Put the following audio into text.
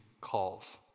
calls